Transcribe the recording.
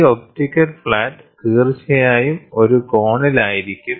ഈ optical flat തീർച്ചയായും ഒരു കോണിലായിരിക്കും